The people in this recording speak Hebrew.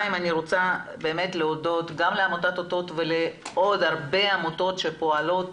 אני רוצה להודות לעמותת אותות ולעוד הרבה עמותות שפועלות